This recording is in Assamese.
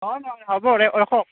হ'ব ৰাখক